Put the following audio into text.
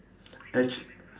actua~